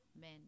men